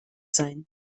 sein